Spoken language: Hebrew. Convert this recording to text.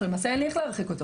אין לי איך להרחיק אותו.